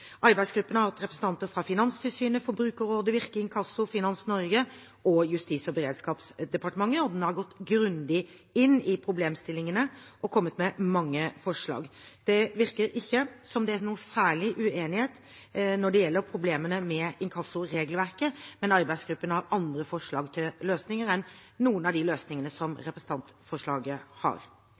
Arbeidsgruppen har hatt representanter fra Finanstilsynet, Forbrukerrådet, Virke Inkasso, Finans Norge og Justis- og beredskapsdepartementet, og den har gått grundig inn i problemstillingene og kommet med mange forslag. Det virker ikke som om det er noen særlig uenighet når det gjelder problemene med inkassoregelverket, men arbeidsgruppen har andre forslag til løsninger enn noen av de løsningene som representantforslaget har.